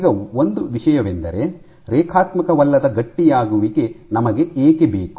ಈಗ ಒಂದು ವಿಷಯವೆಂದರೆ ರೇಖಾತ್ಮಕವಲ್ಲದ ಗಟ್ಟಿಯಾಗುವಿಕೆ ನಮಗೆ ಏಕೆ ಬೇಕು